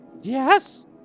yes